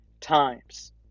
times